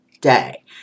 day